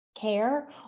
care